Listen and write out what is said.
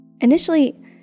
Initially